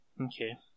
okay